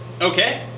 Okay